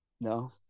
no